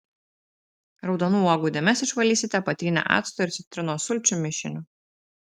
raudonų uogų dėmes išvalysite patrynę acto ir citrinos sulčių mišiniu